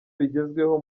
bigezweho